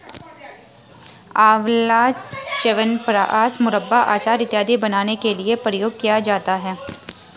आंवला च्यवनप्राश, मुरब्बा, अचार इत्यादि बनाने के लिए प्रयोग किया जाता है